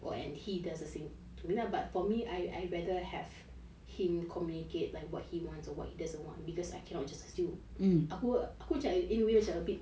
well and he does the same to me lah but for me I I rather have him communicate like what he wants or what he doesn't want because I cannot just assume aku aku macam in a way macam a bit